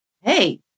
hey